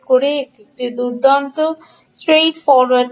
এটি একটি দুর্দান্ত স্ট্রেইট ফরোয়ার্ড ট্রিক